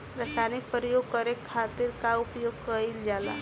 रसायनिक प्रयोग करे खातिर का उपयोग कईल जाइ?